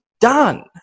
done